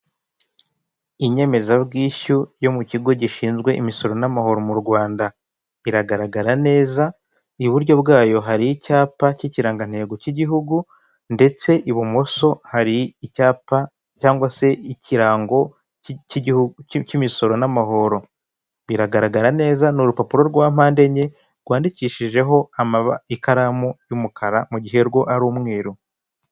Inyemezabwishyu yo mu kigo gishinzwe imisoro n'amahoro mu rwanda iragaragara neza iburyo bwayo hari icyapa kikirangantego cy'igihugu ndetse ibumoso hari icyapa cyangwa se ikirango cy'igihugu cy'imisoro n'amahoro biragaragara neza ni urupapuro rwa mpande enye rwandikishijeho ikaramu y'umukara mu gihe rwo ari umweru.